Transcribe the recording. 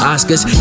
Oscars